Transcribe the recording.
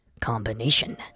combination